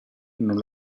non